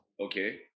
Okay